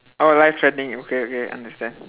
orh life threatening okay okay understand